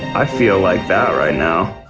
i feel like that right now.